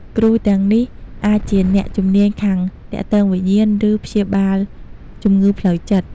គ្រូទាំងនេះអាចជាអ្នកជំនាញខាងទាក់ទងវិញ្ញាណ ឬព្យាបាលជំងឺផ្លូវចិត្ត។